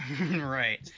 Right